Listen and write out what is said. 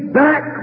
back